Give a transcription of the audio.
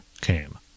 came